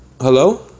Hello